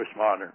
postmodern